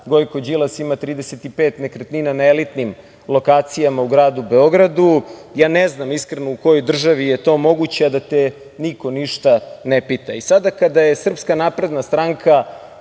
Gojko Đilas ima 35 nekretnina na elitnim lokacijama u gradu Beogradu. Ja ne znam, iskreno u kojoj državi je to moguće, a da te niko ništa ne pita. Sada kada je SNS dovela do toga